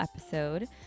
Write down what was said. episode